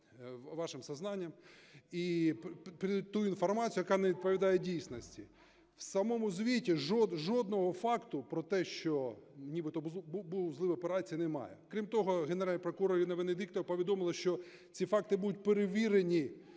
вашим сознанием і передають ту інформацію, яка не відповідає дійсності. В самому звіті жодного факту про те, що нібито був злив операції, немає. Крім того, Генеральний прокурор Ірина Венедіктова повідомила, що ці факти будуть перевірені